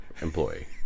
employee